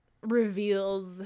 reveals